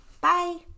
bye